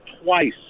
twice